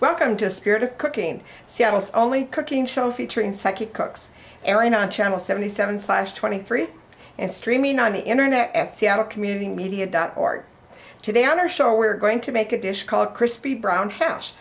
welcome to spirit of cooking seattle's only cooking show featuring psychic cooks airing on channel seventy seven slash twenty three and streaming on the internet at seattle community media dot org today on our show we're going to make a dish called crispy brown